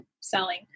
selling